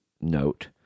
note